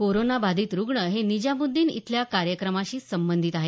corona बाधित रुग्ण हे निजामुद्दीन इथल्या कार्यक्रमाशी संबंधित आहेत